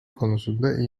konusunda